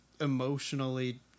emotionally